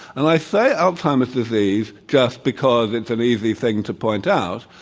and i say alzheimer's disease just because it's an easy thing to point out,